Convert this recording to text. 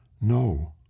no